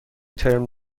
ترم